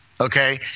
okay